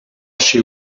she